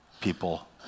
people